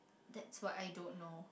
that's what I don't know